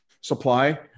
supply